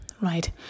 right